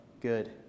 good